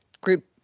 group